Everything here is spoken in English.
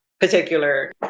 particular